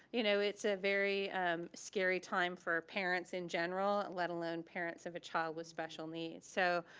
you know, it's a very scary time for parents in general, let alone parents of a child with special needs. so